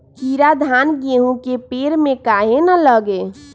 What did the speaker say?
कीरा धान, गेहूं के पेड़ में काहे न लगे?